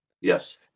Yes